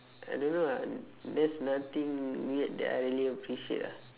I don't know ah there's nothing weird that I really appreciate ah